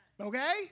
Okay